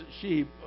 sheep